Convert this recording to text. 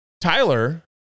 Tyler